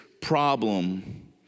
problem